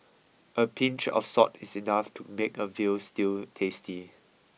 a pinch of salt is enough to make a veal stew tasty